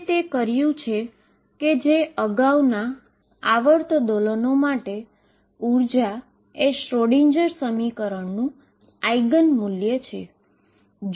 તમે તે કર્યું છે કે અગાઉના હાર્મોનીક ઓસ્સિલેટર માટે એનર્જીએ શ્રોડિંજરSchrödinger સમીકરણનું આઈગન વેલ્યુ છે